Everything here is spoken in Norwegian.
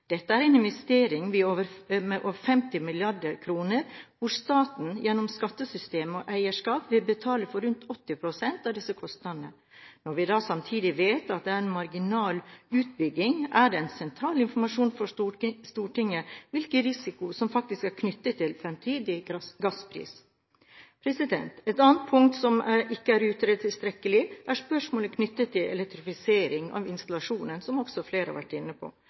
Dette er en investering til over 50 mrd. kr, hvor staten gjennom skattesystemet og eierskap vil betale for rundt 80 pst. av kostnadene. Når vi da samtidig vet at det er en marginal utbygging, er det en sentral informasjon for Stortinget hvilken risiko som faktisk er knyttet til fremtidig gasspris. Et annet punkt som ikke er utredet tilstrekkelig, er spørsmål knyttet til elektrifisering av installasjonen – som også flere har vært inne på.